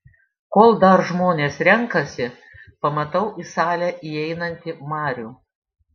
kol dar žmonės renkasi pamatau į salę įeinantį marių